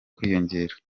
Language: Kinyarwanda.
kwiyongera